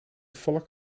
valk